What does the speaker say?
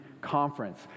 conference